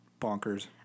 bonkers